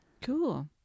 Cool